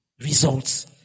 results